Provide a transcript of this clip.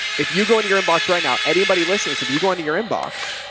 if you go into your inbox right now, anybody listens. if you go into your inbox,